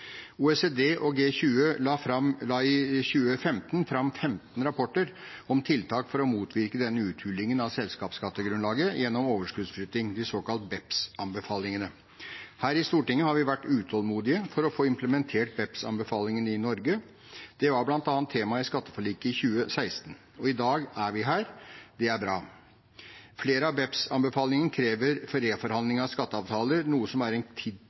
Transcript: OECD og G20 la i 2015 fram femten rapporter om tiltak for å motvirke uthulingen av selskapsskattegrunnlaget gjennom overskuddsflytting, de såkalt BEPS-anbefalingene. Her i Stortinget har vi vært utålmodige etter å få implementert BEPS-anbefalingene i Norge. Det var bl.a. tema i skatteforliket i 2016. I dag er vi her, og det er bra. Flere av BEPS-anbefalingene krever reforhandling av skatteavtaler, noe som er en